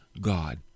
God